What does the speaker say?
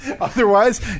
Otherwise